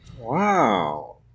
Wow